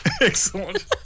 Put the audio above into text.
Excellent